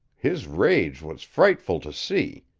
his rage was frightful to see.